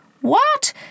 What